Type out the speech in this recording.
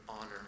honor